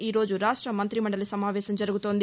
ఈరోజు రాష్ట మంతి మండలి సమావేశం జరుగుతోంది